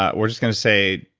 ah we're just going to say,